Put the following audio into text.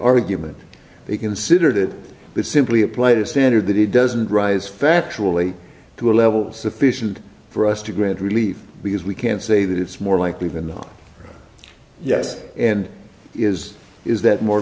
argument they considered it is simply a played a standard that it doesn't rise factually to a level sufficient for us to grant relief because we can't say that it's more likely than not yes and is is that more